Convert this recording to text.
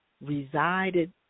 resided